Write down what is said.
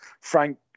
Frank